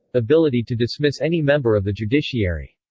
ability to dismiss any member of the judiciary.